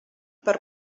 per